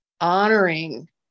honoring